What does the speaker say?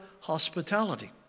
hospitality